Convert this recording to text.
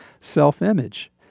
self-image